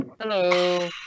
Hello